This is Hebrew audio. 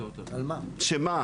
שמה?